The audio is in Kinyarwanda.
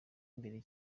imbere